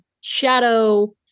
shadow